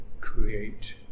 create